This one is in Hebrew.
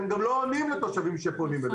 הם גם לא עונים לתושבים שפונים אליה.